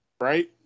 Right